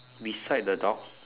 beside the dog